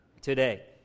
today